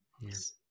Yes